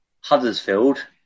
Huddersfield